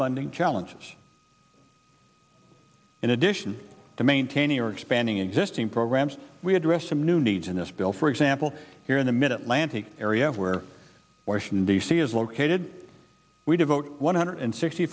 funding challenges in addition to maintain your expanding existing programs we address some new needs in this bill for example here in the mid atlantic area where washington d c is located we devote one hundred sixty